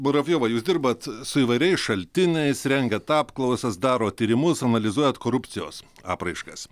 muravjovai jūs dirbat su įvairiais šaltiniais rengiat apklausas darot tyrimus analizuojant korupcijos apraiškas